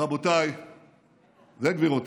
רבותיי וגבירותיי,